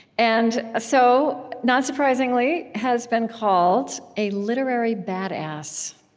and so, not surprisingly, has been called a literary badass,